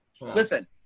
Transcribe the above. listen